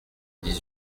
dix